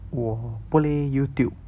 我 play YouTube